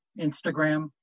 Instagram